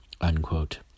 unquote